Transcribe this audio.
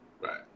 Right